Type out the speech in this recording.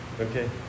Okay